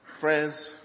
Friends